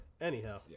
Anyhow